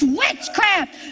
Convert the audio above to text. witchcraft